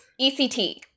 ECT